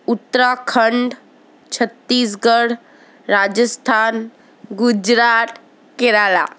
Uttarakhand Chhattisgarh Rajasthan Gujarat Kerala